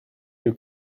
you